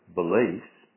beliefs